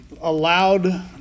allowed